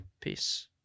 Peace